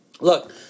look